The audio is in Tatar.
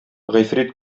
гыйфрит